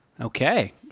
Okay